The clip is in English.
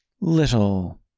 little